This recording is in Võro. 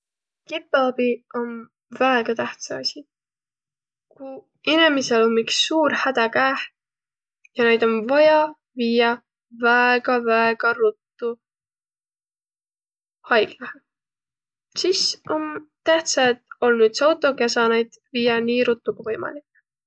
Kipõabi om väega tähtsä asi. Kuq inemisel om iks suur hädä käeh ja naid om vaja viiäq väega, väega ruttu haiglahe, sis om tähtsä, et olnu üts auto, kiä saa naid viiäq nii ruttu, ku võimalik.